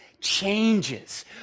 changes